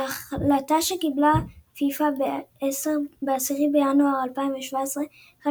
בהחלטה שקיבלה פיפ"א ב-10 בינואר 2017 החל